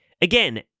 Again